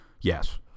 yes